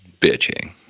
bitching